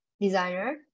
designer